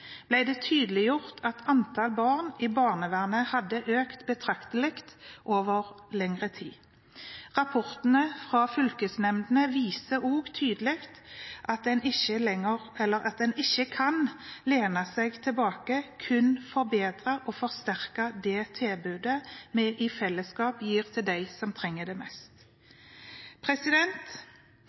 det tydeliggjort at antall barn i barnevernet hadde økt betraktelig over lengre tid. Rapporten fra fylkesnemndene viser også tydelig at man ikke kan lene seg tilbake – kun forbedre og forsterke det tilbudet vi i fellesskap gir til dem som trenger det mest.